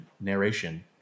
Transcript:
narration